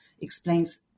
explains